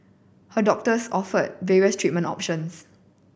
her doctors offered various treatment options